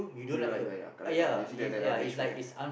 you don't like her yeah correct lah usually like that ah match make eh